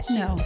no